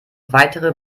weitere